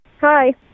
Hi